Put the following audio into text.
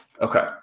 Okay